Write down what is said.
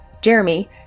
Jeremy